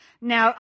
Now